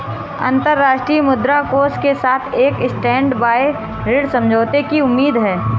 अंतर्राष्ट्रीय मुद्रा कोष के साथ एक स्टैंडबाय ऋण समझौते की उम्मीद है